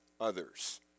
others